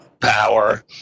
power